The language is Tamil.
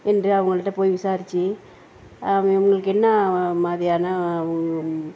என்று அவங்கள்ட்ட போய் விசாரித்து உங்களுக்கு என்ன மாதிரியான